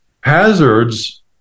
Hazards